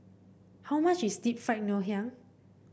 how much is Deep Fried Ngoh Hiang